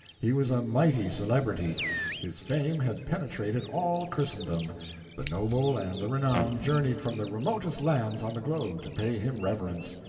he was a mighty celebrity his fame had penetrated all christendom the noble and the renowned journeyed from the remotest lands on the globe to pay him reverence.